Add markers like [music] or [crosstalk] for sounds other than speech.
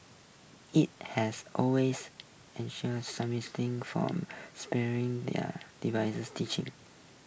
it has always ensures [unintelligible] from sparing their divisive teachings